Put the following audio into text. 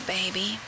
Baby